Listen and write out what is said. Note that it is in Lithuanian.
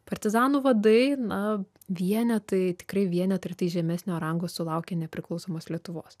partizanų vadai na vienetai tikrai vienetai ir tai žemesnio rango sulaukė nepriklausomos lietuvos